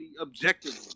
objectively